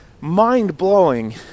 mind-blowing